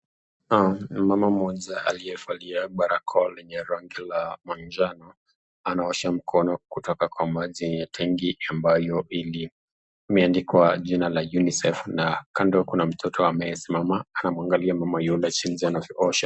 Mama mmoja aliyevalia barakoa lenye rangi la manjano anaosha mkono kutoka kwa maji yenye tenki ambayo limeandikwa jina la Unicef na kando kuna mtoto amesimama anamwangalia mama yule jinsi anavyoosha.